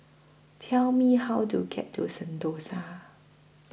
Tell Me How to get to